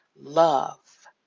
love